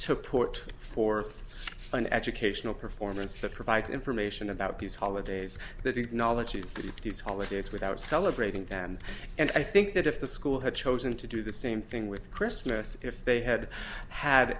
to port forth an educational performance that provides information about these holidays that acknowledges these holidays without celebrating them and i think that if the school had chosen to do the same thing with christmas if they had had